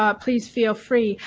ah please feel free.